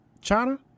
China